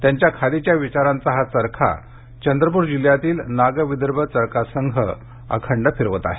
त्यांच्या खादीच्या विचारांचा हा चरखा चंद्रपूर जिल्ह्यातील नाग विदर्भ चरखा संघ अखंड फिरवत आहेत